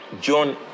John